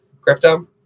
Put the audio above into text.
crypto